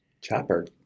Chopper